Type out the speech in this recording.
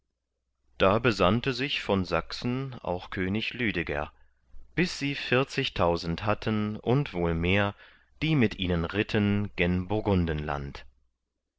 da besandte sich von sachsen auch könig lüdeger bis sie vierzigtausend hatten und wohl mehr die mit ihnen ritten gen